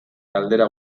galdera